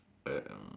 uh